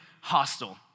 hostile